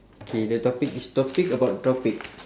K the topic is topic about topic